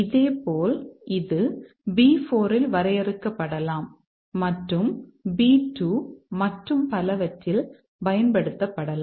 இதேபோல் இது B4 இல் வரையறுக்கப்படலாம் மற்றும் B2 மற்றும் பலவற்றில் பயன்படுத்தப்படலாம்